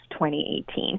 2018